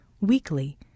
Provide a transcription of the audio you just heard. weekly